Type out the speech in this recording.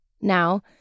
Now